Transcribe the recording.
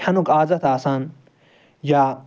کھیٚنُک عادت آسان یا